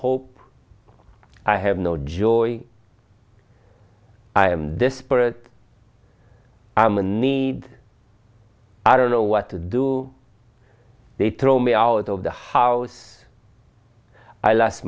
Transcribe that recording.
hope i have no joy i am desperate i'm a need i don't know what to do they throw me out of the house i lost